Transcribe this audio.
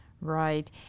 Right